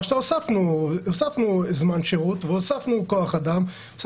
אם כן, הוספנו זמן שירות והוספנו כוח אדם.